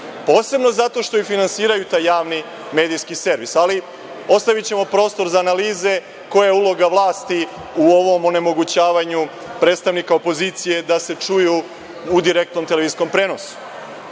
posebno zato što finansiraju taj javni medijski servis. Ali, ostavićemo prostor za analize koja je uloga vlasti u ovom onemogućavanju predstavnika opozicije da se čuju u direktnom televizijskom prenosu. Ono